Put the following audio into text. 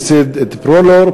ייסד את "פרולור".